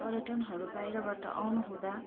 पर्यटनहरू बाहिरबाट आउनुहुँदा